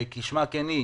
כשמה כן היא.